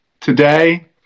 today